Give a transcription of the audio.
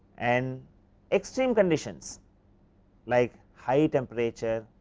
and extreme conditions like high temperature,